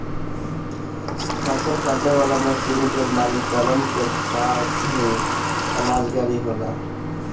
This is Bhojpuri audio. फसल काटे वाला मशीन के मालिकन के पास ही अनाज गाड़ी होला